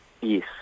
Yes